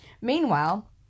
Meanwhile